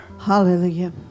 Hallelujah